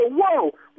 whoa